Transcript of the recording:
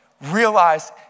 realize